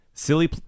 silly